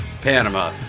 Panama